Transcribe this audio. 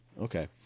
Okay